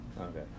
Okay